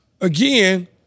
Again